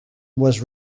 was